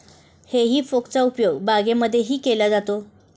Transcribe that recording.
हेई फोकचा उपयोग बागायतीमध्येही केला जातो